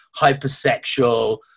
hypersexual